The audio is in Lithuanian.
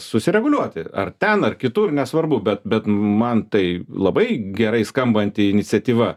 susireguliuoti ar ten ar kitur nesvarbu bet bet man tai labai gerai skambanti iniciatyva